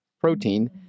protein